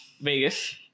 Vegas